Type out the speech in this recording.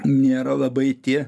nėra labai tie